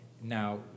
now